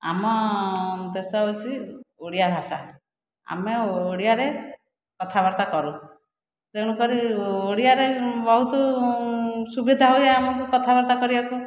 ଆମ ଦେଶ ହେଉଛି ଓଡ଼ିଆ ଭାଷା ଆମେ ଓଡ଼ିଆରେ କଥାବାର୍ତ୍ତା କରୁ ତେଣୁକରି ଓଡ଼ିଆରେ ବହୁତ ସୁବିଧା ହୁଏ ଆମକୁ କଥାବାର୍ତ୍ତା କରିବାକୁ